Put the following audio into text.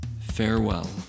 farewell